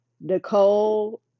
Nicole